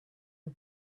the